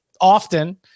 often